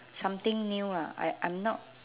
something new ah I I'm not